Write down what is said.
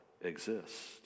exists